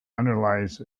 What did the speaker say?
underlies